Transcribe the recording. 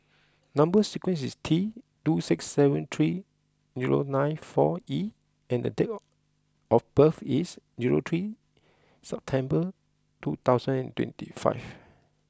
number sequence is T two six seven three zero nine four E and date or of birth is zero three September two thousand and twenty five